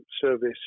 service